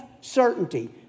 certainty